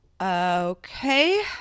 okay